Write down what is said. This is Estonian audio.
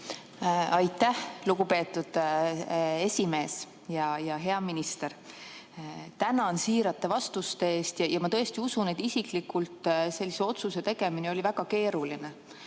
Aitäh, lugupeetud esimees! Hea minister! Tänan siirate vastuste eest ja ma tõesti usun, et teile isiklikult oli sellise otsuse tegemine väga keeruline,